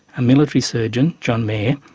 a military surgeon, john mair,